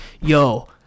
yo